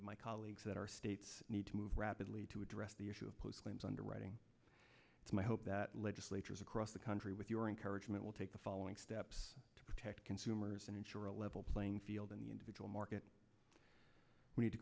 of my colleagues that our states need to move rapidly to address the issue of post claims underwriting to my hope that legislatures across the country with your encouragement will take the following steps to protect consumers and ensure a level playing field in the individual market we need to